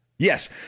Yes